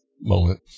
moment